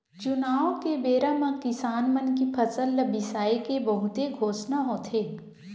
चुनाव के बेरा म किसान मन के फसल ल बिसाए के बहुते घोसना होथे